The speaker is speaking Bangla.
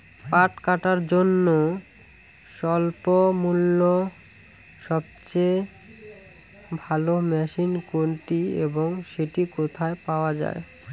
পাট কাটার জন্য স্বল্পমূল্যে সবচেয়ে ভালো মেশিন কোনটি এবং সেটি কোথায় পাওয়া য়ায়?